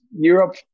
Europe